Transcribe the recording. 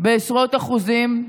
בעשרות אחוזים,